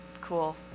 Cool